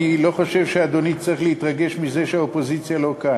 אני לא חושב שאדוני צריך להתרגש מזה שהאופוזיציה לא כאן.